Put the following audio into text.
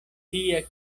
tia